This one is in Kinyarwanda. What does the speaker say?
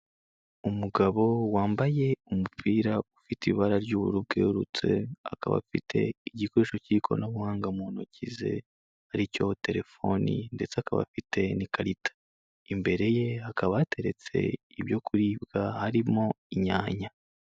Umugabo wambaye umupira ufite ibara ry'ubururu bwerurutse, akaba afite igikoresho cy'ikoranabuhanga mu ntoki ze aricyo telefoni ndetse akaba afite n'ikarita, imbere ye hakaba hateretse ibyo kuribwa harimo inyanya.